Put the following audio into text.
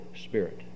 Spirit